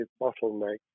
bottleneck